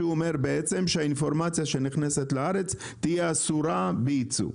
מבחינה חוקית שאינפורמציה שנכנסת לארץ תהיה אסור בייצוא.